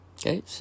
Okay